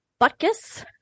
Butkus